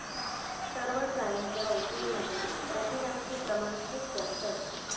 सर्व स्नायूंच्या ऊतींमध्ये प्रथिनांचे प्रमाण खूप जास्त असते